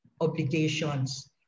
obligations